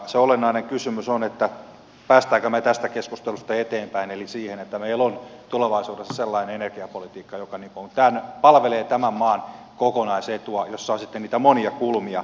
se olennainen kysymys on pääsemmekö me tästä keskustelusta eteenpäin eli siihen että meillä on tulevaisuudessa sellainen energiapolitiikka joka palvelee tämän maan kokonaisetua jossa on sitten niitä monia kulmia